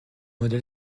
modèle